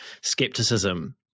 skepticism